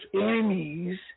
enemies